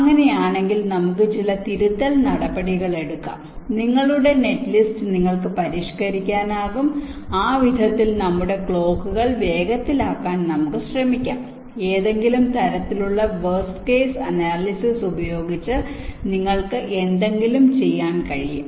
അങ്ങനെയാണെങ്കിൽ ഞങ്ങൾക്ക് ചില തിരുത്തൽ നടപടികളെടുക്കാം നിങ്ങളുടെ നെറ്റ്ലിസ്റ്റ് നിങ്ങൾക്ക് പരിഷ്ക്കരിക്കാനാകും ആ വിധത്തിൽ നമ്മുടെ ക്ലോക്കുകൾ വേഗത്തിലാക്കാൻ നമുക്ക് ശ്രമിക്കാം ഏതെങ്കിലും തരത്തിലുള്ള വേർസ്റ് കേസ് അനാലിസിസ് ഉപയോഗിച്ച് നിങ്ങൾക്ക് എന്തെങ്കിലും ചെയ്യാൻ കഴിയും